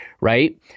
right